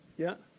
yeah?